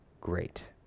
great